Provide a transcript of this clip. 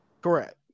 Correct